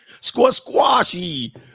Squashy